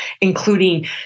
including